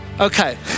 Okay